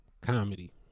Comedy